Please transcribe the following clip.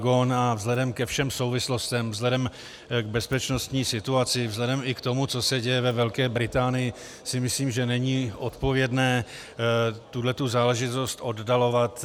A vzhledem ke všem souvislostem, vzhledem k bezpečnostní situaci, vzhledem i k tomu, co se děje ve Velké Británii, si myslím, že není odpovědné tuhle záležitost oddalovat.